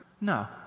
No